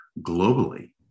globally